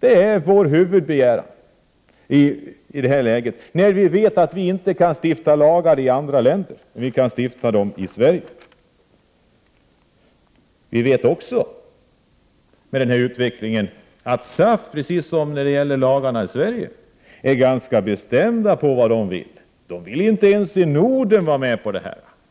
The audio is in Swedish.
Det är vår huvudbegäran i detta läge, när vi vet att vi inte kan stifta lagar i andra länder utan bara i Sverige. Vi vet också att man inom SAF liksom när det gäller lagarna i Sverige är ganska klar över vad man vill. SAF vill inte vara med om detta ens i Norden.